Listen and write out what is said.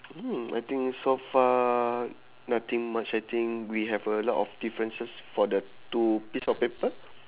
mm I think so far nothing much I think we have a lot of differences for the two piece of paper